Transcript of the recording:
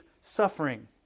suffering